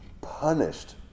punished